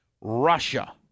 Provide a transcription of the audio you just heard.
Russia